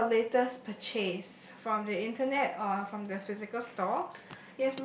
what is your latest purchase from the internet or from the physical stores